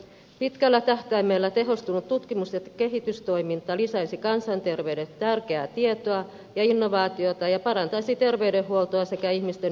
pitkällä tähtäimellä tehostunut tutkimus ja kehitystoiminta lisäisi kansanterveyden tärkeää tietoa ja innovaatioita ja parantaisi terveydenhuoltoa sekä ihmisten hyvinvointia